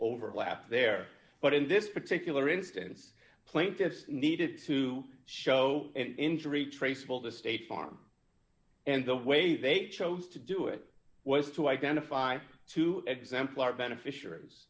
overlap there but in this particular instance plaint this needed to show injury traceable to state farm and the way they chose to do it was to identify two exemplar beneficiaries